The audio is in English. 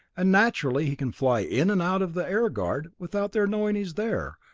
and naturally he can fly in and out of the air guard, without their knowing he's there,